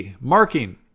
Marking